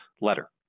letter